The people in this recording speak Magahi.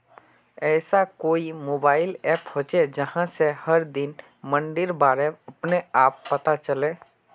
ऐसा कोई मोबाईल ऐप होचे जहा से हर दिन मंडीर बारे अपने आप पता चले?